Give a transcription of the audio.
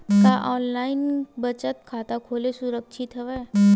का ऑनलाइन बचत खाता खोला सुरक्षित हवय?